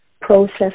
process